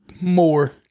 more